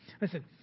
Listen